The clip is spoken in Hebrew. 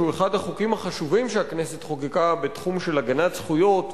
שהוא אחד החוקים החשובים שהכנסת חוקקה בתחום של הגנת זכויות,